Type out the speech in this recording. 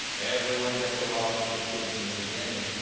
everyone gets along with the kids in the beginning.